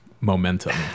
momentum